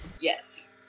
Yes